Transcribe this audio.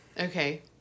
Okay